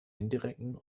indirekten